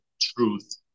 truth